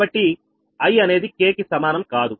కాబట్టి i అనేది k కి సమానం కాదు